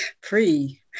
free